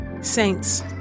Saints